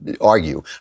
argue